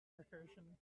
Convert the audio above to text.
recursion